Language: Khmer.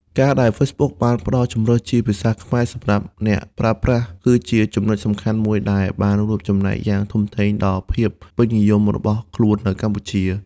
ការដែល Facebook បានផ្តល់ជម្រើសជា ភាសាខ្មែរ សម្រាប់អ្នកប្រើប្រាស់ គឺជាចំណុចសំខាន់មួយដែលបានរួមចំណែកយ៉ាងធំធេងដល់ភាពពេញនិយមរបស់ខ្លួននៅកម្ពុជា។